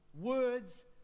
Words